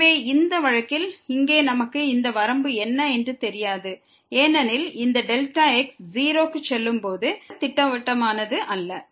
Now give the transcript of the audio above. எனவே இந்த வழக்கில் இங்கே நமக்கு இந்த வரம்பு என்ன என்று தெரியாது ஏனெனில் இந்த Δx 0 க்கு செல்லும் போது தவறு திட்டவட்டமானது அல்ல